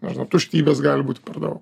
nežinau tuštybės gali būti per daug